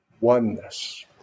oneness